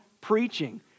preaching